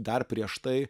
dar prieš tai